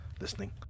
listening